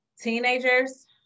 teenagers